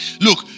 Look